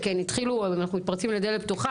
כי הם התחילו ואנחנו מתפרצים לדלת פתוחה,